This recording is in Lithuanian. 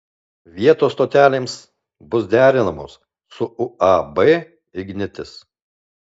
vietos stotelėms bus derinamos su uab ignitis